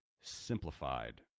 simplified